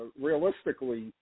realistically